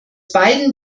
beiden